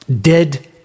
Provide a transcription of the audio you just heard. Dead